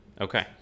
Okay